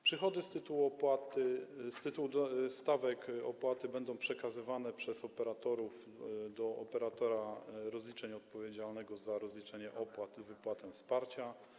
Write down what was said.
Przychody z tytułu tych stawek opłaty będą przekazywane przez operatorów do operatora rozliczeń odpowiedzialnego za rozliczenie opłat i wypłatę wsparcia.